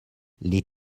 les